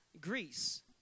Greece